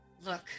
Look